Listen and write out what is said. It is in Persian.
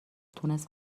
تونست